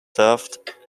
served